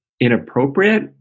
inappropriate